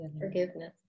Forgiveness